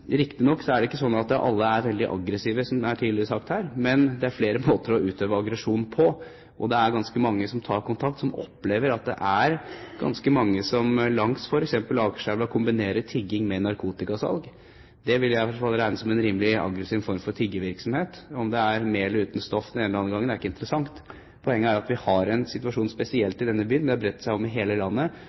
er det ikke slik at alle er veldig aggressive, som tidligere er sagt her, men det er flere måter å utøve aggresjon på. Det er ganske mange som tar kontakt, som opplever at det er ganske mange som f.eks. langs Akerselva kombinerer tigging med narkotikasalg. Det vil jeg for så vidt regne som en rimelig aggressiv form for tiggervirksomhet – om det er med eller uten stoff den ene eller den andre gangen, er ikke interessant. Poenget er at vi har en situasjon spesielt i denne byen – og det har bredt seg over hele landet